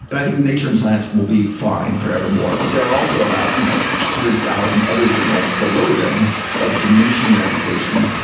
but i think nature and science will be fine forevermore, but there are also about one you know hundred thousand other journals below them of diminishing reputation.